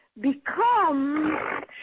become